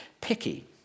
picky